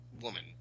Woman